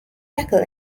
tackle